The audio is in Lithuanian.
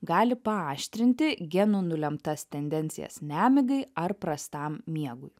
gali paaštrinti genų nulemtas tendencijas nemigai ar prastam miegui